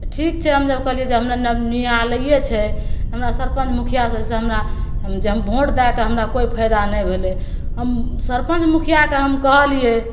तऽ ठीक छै हम जब कहलिए जे हमरा जब न्यायालैए छै हमरा सरपञ्च मुखिआ सभसे हमरा जे हम वोट दैके हमरा कोइ फायदा नहि भेलै हम सरपञ्च मुखिआके हम कहलिए